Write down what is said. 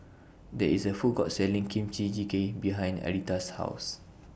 There IS A Food Court Selling Kimchi Jjigae behind Aretha's House